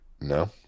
no